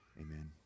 Amen